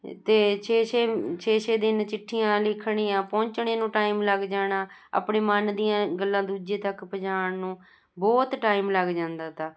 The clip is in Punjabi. ਅਤੇ ਛੇ ਛੇ ਛੇ ਛੇ ਦਿਨ ਚਿੱਠੀਆਂ ਲਿਖਣੀਆਂ ਪਹੁੰਚਣੇ ਨੂੰ ਟਾਈਮ ਲੱਗ ਜਾਣਾ ਆਪਣੇ ਮਨ ਦੀਆਂ ਗੱਲਾਂ ਦੂਜੇ ਤੱਕ ਪਹੁੰਚਾਉਣ ਨੂੰ ਬਹੁਤ ਟਾਈਮ ਲੱਗ ਜਾਂਦਾ ਤਾ